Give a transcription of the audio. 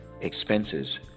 expenses